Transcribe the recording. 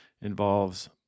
involves